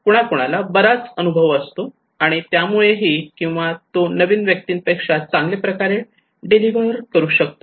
कुणाकुणाला बराच अनुभव असतो आणि त्यामुळे ही किंवा तो नवीन व्यक्तीपेक्षा चांगल्या प्रकारे डिलिव्हर करू शकतो